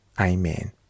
Amen